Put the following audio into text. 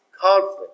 conflict